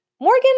Morgan